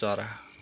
चरा